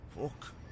Fuck